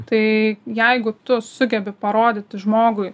tai jeigu tu sugebi parodyti žmogui